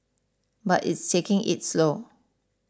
but it's taking its slow